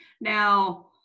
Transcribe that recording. now